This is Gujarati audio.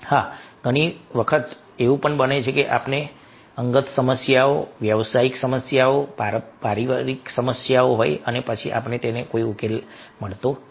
હા ઘણી વખત એવું બને છે કે આપણને ઘણી બધી અંગત સમસ્યાઓ વ્યાવસાયિક સમસ્યાઓ પારિવારિક સમસ્યાઓ હોય છે અને પછી આપણને કોઈ ઉકેલ મળતો નથી